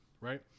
Right